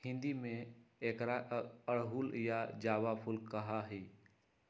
हिंदी में एकरा अड़हुल या जावा फुल कहा ही